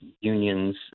unions